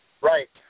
Right